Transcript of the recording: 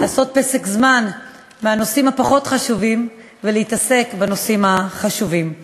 לעשות פסק זמן מהנושאים הפחות-חשובים ולהתעסק בנושאים החשובים.